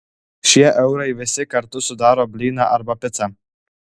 šie eurai visi kartu sudaro blyną arba picą